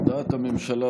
הודעת הממשלה,